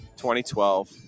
2012